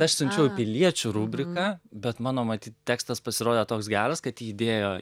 aš siunčiau į piliečių rubriką bet mano matyt tekstas pasirodė toks geras kad jį įdėjo